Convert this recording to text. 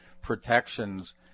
protections